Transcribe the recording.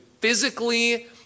physically